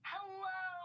Hello